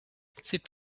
c’est